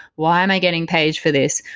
why am i getting paged for this?